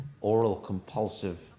oral-compulsive